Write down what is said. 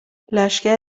لشکر